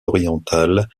orientales